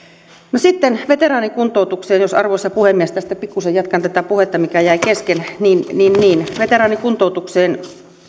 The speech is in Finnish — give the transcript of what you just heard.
no sitten veteraanikuntoutukseen jos arvoisa puhemies tästä pikkusen jatkan tätä puhetta mikä jäi kesken veteraanikuntoutukseen